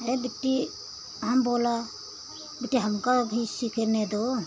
ये बिट्टी हम बोला बिट्टी हमको भी सीखने दो